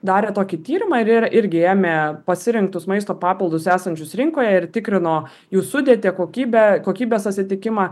darė tokį tyrimą ir irgi ėmė pasirinktus maisto papildus esančius rinkoje ir tikrino jų sudėtį kokybę kokybės atitikimą